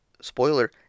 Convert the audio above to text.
spoiler